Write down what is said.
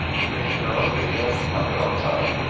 you're making your own video on your own time,